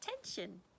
attention